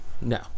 no